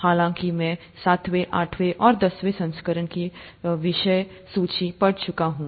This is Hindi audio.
हालाँकि मैं सातवें आठवें और दसवें संस्करण की विषय - सूची पढ़ना चूका हूँ